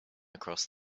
across